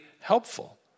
helpful